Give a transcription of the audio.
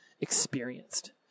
experienced